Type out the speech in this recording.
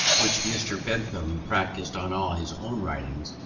which mr. bentham practised on all his own writings,